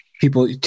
people